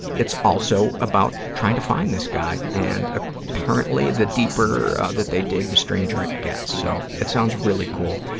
it's also about trying to find this guy. and ah apparently the deeper that they dig, the stranger it gets. so, it sounds really cool,